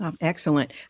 Excellent